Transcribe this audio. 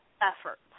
efforts